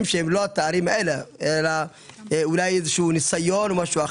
שהם לא התארים האלה אלא אולי ניסיון או משהו אחר.